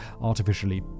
artificially